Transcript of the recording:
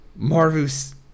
Marvus